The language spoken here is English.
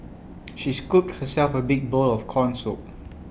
she scooped herself A big bowl of Corn Soup